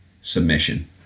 submission